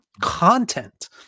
content